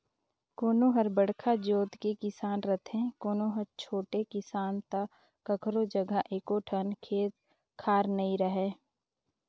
कोनो हर बड़का जोत के किसान रथे, कोनो हर छोटे किसान त कखरो जघा एको ठन खेत खार नइ रहय